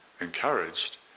encouraged